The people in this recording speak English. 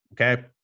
okay